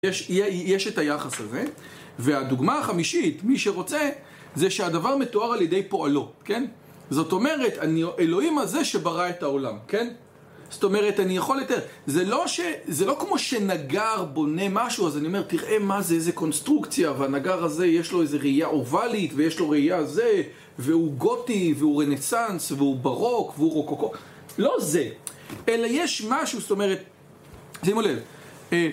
יש את היחס הזה והדוגמה החמישית, מי שרוצה זה שהדבר מתואר על ידי פועלו כן? זאת אומרת אני אלוהים הזה שברא את העולם כן? זאת אומרת אני יכול לתת זה לא כמו שנגר בונה משהו אז אני אומר תראה מה זה איזה קונסטרוקציה והנגר הזה יש לו איזה ראייה אובלית ויש לו ראייה זה והוא גותי והוא רנסנס והוא ברוק והוא לא זה אלא יש משהו זאת אומרת שימו לב